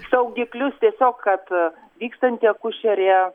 saugiklius tiesiog kad vykstanti akušerė